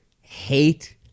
Hate